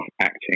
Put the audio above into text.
acting